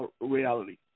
reality